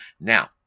now